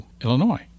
Illinois